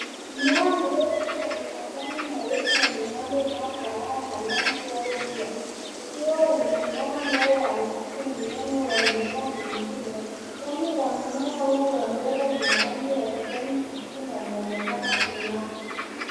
Mmea mrefu wenye majani marefu na membamba inayofanana na nyasi au miwa ikiwa imesimama mbele ya msitu mnene wa mimea mingine. Jani la mmea huu wa mbele lina rangi ya kijani kibichi na linaonekana kung'aa.